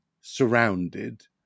surrounded